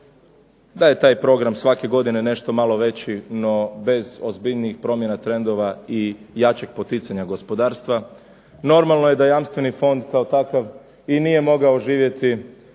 da je taj program svake godine nešto malo veći no bez ozbiljnijih promjena trendova i jačeg poticanja gospodarstva. Normalno je da jamstveni fond kao takav nije mogao živjeti